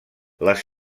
les